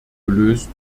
gelöst